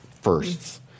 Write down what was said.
firsts